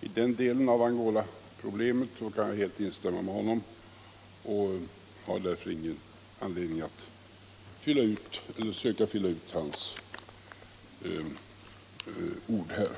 I den delen av Angolaproblemet kan jag helt instämma med honom och har därför ingen anledning att försöka lägga något till det han sade.